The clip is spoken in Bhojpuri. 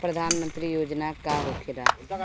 प्रधानमंत्री योजना का होखेला?